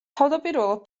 თავდაპირველად